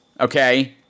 Okay